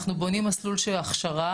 אנחנו בונים מסלול של הכשרה,